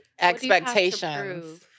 expectations